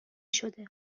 شده